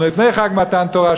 אנחנו לפני חג מתן תורה,